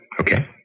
okay